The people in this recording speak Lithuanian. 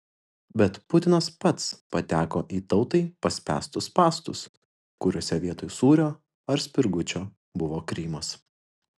bet putinas pats pateko į tautai paspęstus spąstus kuriuose vietoj sūrio ar spirgučio buvo krymas